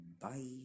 Bye